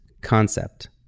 concept